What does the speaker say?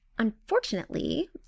Unfortunately